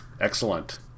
Excellent